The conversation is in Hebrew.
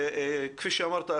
כפי שאמרת,